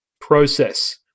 process